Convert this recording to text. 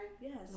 Yes